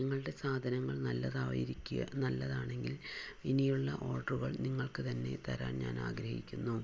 നിങ്ങളുടെ സാധനങ്ങൾ നല്ലതായിരിക്കുക നല്ലതാണെങ്കിൽ ഇനിയുള്ള ഓർഡറുകൾ നിങ്ങൾക്ക് തന്നെ തരാൻ ഞാൻ ആഗ്രഹിക്കുന്നു